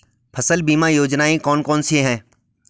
फसल बीमा योजनाएँ कौन कौनसी हैं?